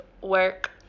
work